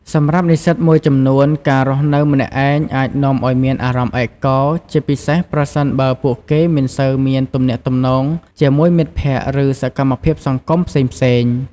សម្រាប់និស្សិតមួយចំនួន ការរស់នៅម្នាក់ឯងអាចនាំឱ្យមាន អារម្មណ៍ឯកោ ជាពិសេសប្រសិនបើពួកគេមិនសូវមានទំនាក់ទំនងជាមួយមិត្តភក្តិ ឬសកម្មភាពសង្គមផ្សេងៗ។